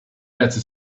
better